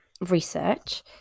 research